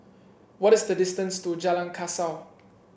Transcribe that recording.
what is the distance to Jalan Kasau